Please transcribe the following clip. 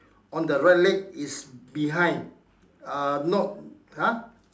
on the right leg is behind uh not !huh!